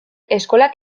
eskolak